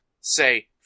say